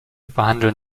behandeln